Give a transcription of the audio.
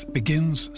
begins